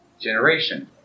generation